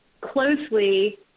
closely